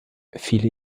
viele